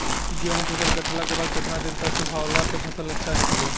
गेंहू फसल कटला के बाद केतना दिन तक सुखावला से फसल अच्छा निकली?